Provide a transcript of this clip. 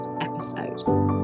episode